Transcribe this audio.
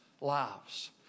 lives